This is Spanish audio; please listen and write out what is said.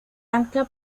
ancla